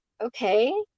okay